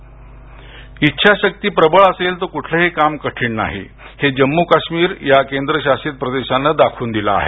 जम्मू काश्मीर इच्छाशक्ती प्रबळ असेल तर कुठलंही काम कठीण नाही हे जम्मू आणि काश्मीर या केंद्र शासित प्रदेशानं दाखवून दिलं आहे